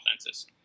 offenses